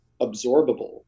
absorbable